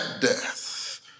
death